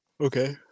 Okay